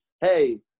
hey